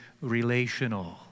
relational